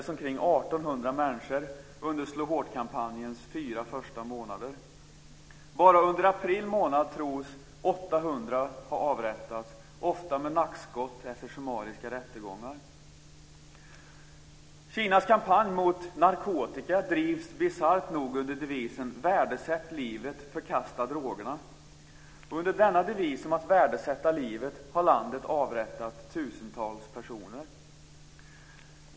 människor under Slå hårt-kampanjens fyra första månader. Bara under april månad tros 800 ha avrättats, ofta med nackskott efter summariska rättegångar. Kinas kampanj mot narkotika drivs bisarrt nog under devisen "Värdesätt livet, förkasta drogerna". Under denna devis om att värdesätta livet har man i landet avrättat tusentals personer.